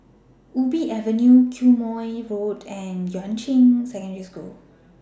Ubi Avenue Quemoy Road and Yuan Ching Secondary School